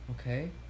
Okay